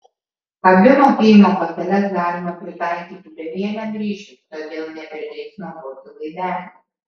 abi mokėjimo korteles galima pritaikyti bevieliam ryšiui todėl neprireiks naudoti laidelio